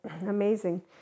amazing